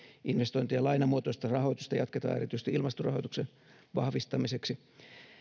investointien lainamuotoista rahoitusta jatketaan erityisesti ilmastorahoituksen vahvistamiseksi